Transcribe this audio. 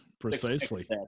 precisely